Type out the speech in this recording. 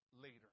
later